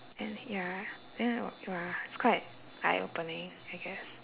then ya then !wah! it's quite eye-opening I guess